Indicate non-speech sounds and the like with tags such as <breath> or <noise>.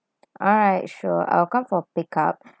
alright sure I'll come for pick up <breath>